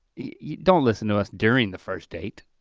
yeah don't listen to us during the first date.